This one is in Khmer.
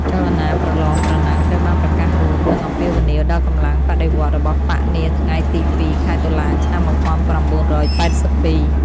ចលនាប្រលង ប្រណាំងត្រូវបានប្រកាសរួមនិងអំពាវនាវដល់កម្លាំងបដិវត្តន៍របស់បក្សនាថ្ងៃទី២ខែតុលាឆ្នាំ ១៩៨២។